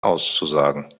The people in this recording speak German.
auszusagen